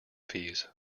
fees